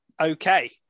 okay